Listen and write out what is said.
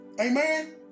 Amen